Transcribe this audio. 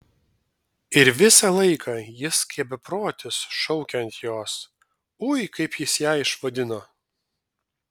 ir visą laiką jis kaip beprotis šaukia ant jos ui kaip jis ją išvadino